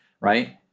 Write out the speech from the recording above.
right